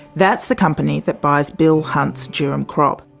that's the company that buys bill hunt's durum crop.